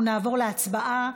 אנחנו נעבור להצבעה.